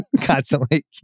constantly